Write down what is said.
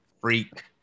freak